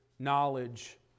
Knowledge